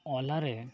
ଓଲାରେ